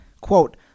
quote